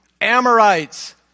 Amorites